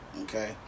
Okay